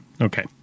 okay